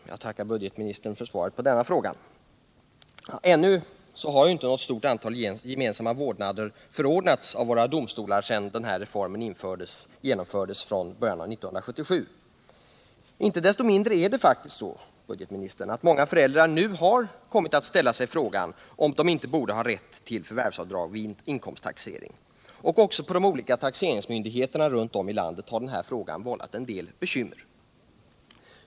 Herr talman! Jag tackar budgetministern för svaret på denna fråga. Ännu är det inte något stort antal gemensamma vårdnader som har förordnats av våra domstolar sedan reformen genomfördes i början av 1977. Icke desto mindre har många föräldrar nu kommit att ställa sig frågan om de inte borde ha rätt till förvärvsavdrag vid inkomsttaxering. Också inom de olika taxeringsmyndigheterna runt om i landet har frågan vållat en del bekymmer.